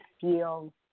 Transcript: feel